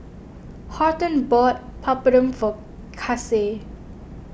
Horton bought Papadum for Case